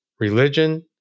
religion